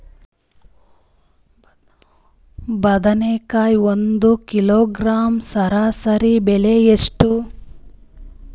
ಬದನೆಕಾಯಿ ಒಂದು ಕಿಲೋಗ್ರಾಂ ಸರಾಸರಿ ಬೆಲೆ ಎಷ್ಟು?